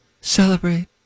Celebrate